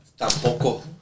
Tampoco